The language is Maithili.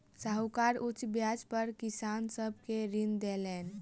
साहूकार उच्च ब्याज पर किसान सब के ऋण देलैन